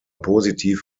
positiv